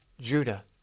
Judah